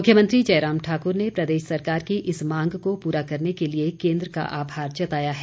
मुख्यमंत्री जयराम ठाकुर ने प्रदेश सरकार की इस मांग को पूरा करने के लिए केन्द्र का आभार जताया है